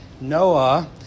Noah